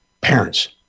parents